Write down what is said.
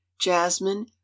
jasmine